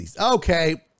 Okay